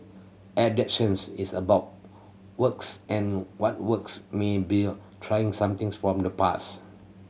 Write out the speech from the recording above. adaptations is about works and what works may bell trying something's from the past